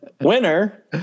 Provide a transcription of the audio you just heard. winner